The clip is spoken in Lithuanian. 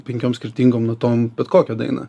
penkiom skirtingom natom bet kokią dainą